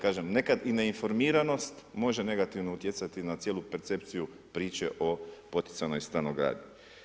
Kažem, nekad i neinformiranost može negativno utjecati na cijelu percepciju priče o poticajnoj stanogradnji.